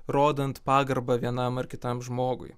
rodant pagarbą vienam ar kitam žmogui